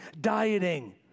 dieting